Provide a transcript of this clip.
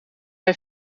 hij